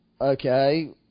okay